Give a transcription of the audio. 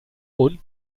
und